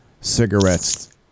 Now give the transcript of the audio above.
cigarettes